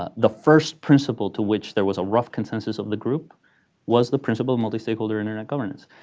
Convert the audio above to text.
ah the first principle to which there was a rough consensus of the group was the principle of multistakeholder internet governance.